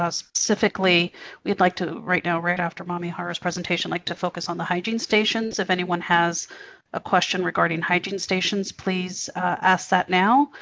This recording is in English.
specifically, we would like to right now, right after mami hara's presentation, like to focus on the hygiene stations. if anyone has a question regarding hygiene stations, please ask that now.